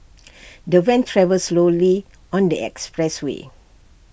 the van traveled slowly on the expressway